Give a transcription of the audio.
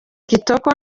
kitoko